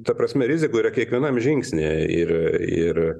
ta prasme rizikų yra kiekvienam žingsnyje ir ir